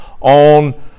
on